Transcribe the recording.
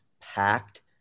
packed